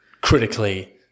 critically